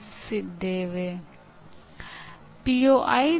ಅದು ಕೆಲವೊಮ್ಮೆ ವಿದ್ಯಾರ್ಥಿಗಳಿಗೆ ಪ್ರೇರಣೆಯನ್ನು ನೀಡುತ್ತದೆ